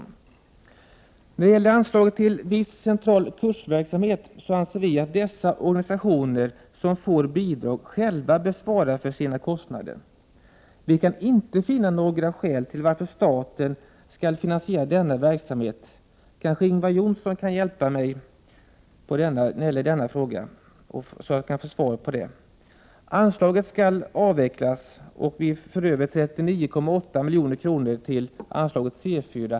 När det sedan gäller anslaget till viss central kursverksamhet anser vi att de organisationer som får bidrag själva bör svara för sina kostnader. Vi kan inte finna något skäl till att staten skall finansiera denna verksamhet. Kanske Ingvar Johnsson kan hjälpa mig. Vi menar att anslaget skall avvecklas och föreslår en överföring av 39,8 milj.kr. till anslaget C4.